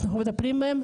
שאנחנו מטפלים בהם.